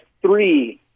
three